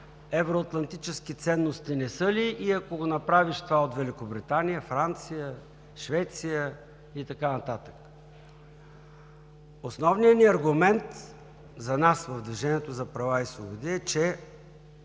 евроатлантически ценности не са ли и ако го направиш това от Великобритания, Франция, Швеция и така нататък? Основният ни аргумент за нас, на „Движението за права и свободи“, е, че